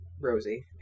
Rosie